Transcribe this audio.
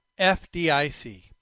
FDIC